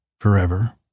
forever